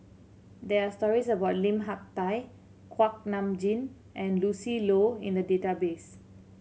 there are stories about Lim Hak Tai Kuak Nam Jin and Lucy Loh in the database